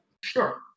sure